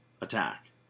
attack